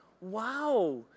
wow